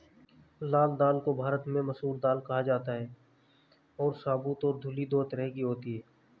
लाल दाल को भारत में मसूर दाल कहा जाता है और साबूत और धुली दो तरह की होती है